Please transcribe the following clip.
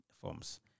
forms